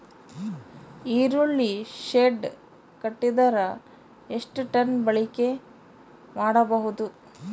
ಈರುಳ್ಳಿ ಶೆಡ್ ಕಟ್ಟಿದರ ಎಷ್ಟು ಟನ್ ಬಾಳಿಕೆ ಮಾಡಬಹುದು?